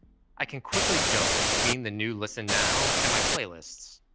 i can quickly jump between the new listen now and my playlists.